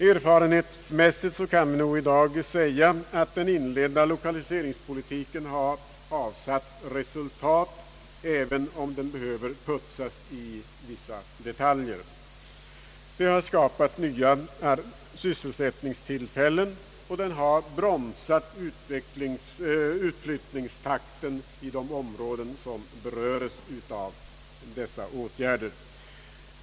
Erfarenhetsmässigt kan vi nog i dag säga, att den inledda lokaliseringspolitiken har avsatt resultat, även om den behöver putsas i vissa detaljer. Den har skapat nya sysselsättningstillfällen och bromsat utflyttningstakten i de områden som beröres av dessa åtgärder.